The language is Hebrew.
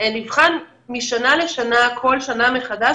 נבחן משנה לשנה כל שנה מחדש.